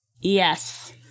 Yes